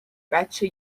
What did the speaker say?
بچه